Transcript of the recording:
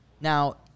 Now